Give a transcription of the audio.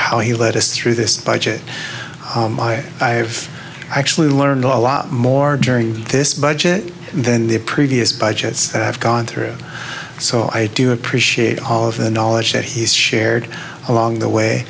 how he led us through this budget i have actually learned a lot more during this budget and then the previous budgets that have gone through so i do appreciate all of the knowledge that he's shared along the way